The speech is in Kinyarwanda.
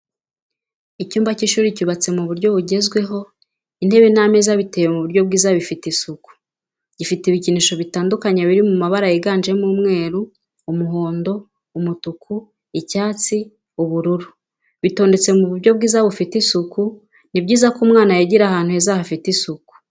Icyumba cy'ishuri cyubatse mu buryo bugezweho intebe n'ameza biteye mu buryo bwiza bifite isuku, gifite ibikinisho bitandukanye biri mabara yiganjemo umweru, umuhondo, umutuku. Icyatsi ubururu bitondetse mu buryo bwiza bufite isuku. ni byiza ko umwana yigira ahantu heza hafite isuku.